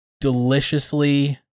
deliciously